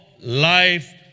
life